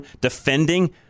defending